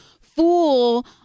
fool